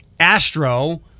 Astro